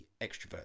extrovert